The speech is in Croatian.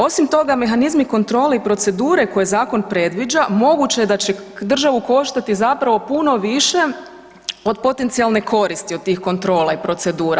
Osim toga mehanizmi kontrole i procedure koje zakon predviđa moguće je da će državu koštati zapravo puno više od potencijalne koristi od tih kontrola i procedura.